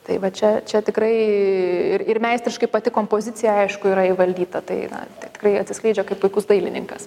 tai va čia čia tikrai ir ir meistriškai pati kompozicija aišku yra įvaldyta tai na tai tikrai atsiskleidžia kaip puikus dailininkas